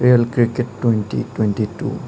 real cricket twenty twenty two